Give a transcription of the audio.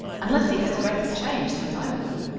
unless he has greatly changed since i knew him,